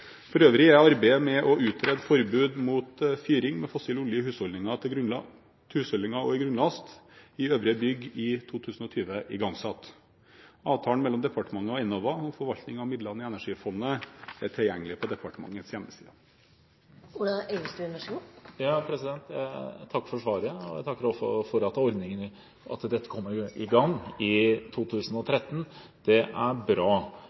For øvrig er arbeidet med å utrede forbud mot fyring med fossil olje i husholdninger og til grunnlast i øvrige bygg i 2020 igangsatt. Avtalen mellom departementet og Enova om forvaltningen av midlene i Energifondet er tilgjengelig på departementets hjemmesider. Jeg takker for svaret. Jeg takker også for at dette kommer i gang i 2013. Det er bra,